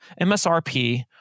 MSRP